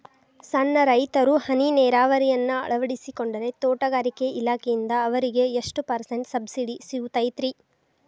ಸಣ್ಣ ರೈತರು ಹನಿ ನೇರಾವರಿಯನ್ನ ಅಳವಡಿಸಿಕೊಂಡರೆ ತೋಟಗಾರಿಕೆ ಇಲಾಖೆಯಿಂದ ಅವರಿಗೆ ಎಷ್ಟು ಪರ್ಸೆಂಟ್ ಸಬ್ಸಿಡಿ ಸಿಗುತ್ತೈತರೇ?